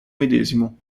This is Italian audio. medesimo